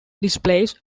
displays